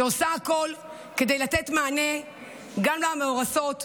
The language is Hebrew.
שעושה הכול כדי לתת מענה גם למאורסות,